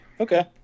okay